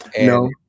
No